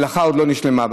המלאכה עוד לא נשלמה.